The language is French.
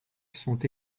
sont